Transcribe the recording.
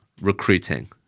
Recruiting